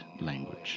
language